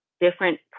different